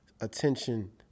attention